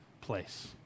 place